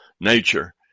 nature